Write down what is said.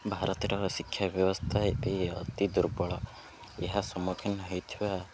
ଭାରତର ଶିକ୍ଷା ବ୍ୟବସ୍ଥା ଏବେ ଅତି ଦୁର୍ବଳ ଏହା ସମ୍ମୁଖୀନ ହେଇଥିବା